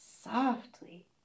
softly